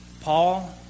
Paul